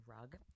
rug